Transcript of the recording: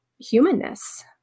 humanness